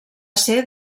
ser